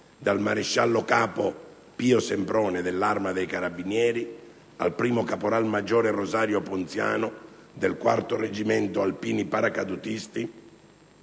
dal maresciallo capo Pio Semproni, dell'Arma dei carabinieri, al primo caporal maggiore Rosario Ponziano, del 4° Reggimento alpini paracadutisti,